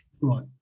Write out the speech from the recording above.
Right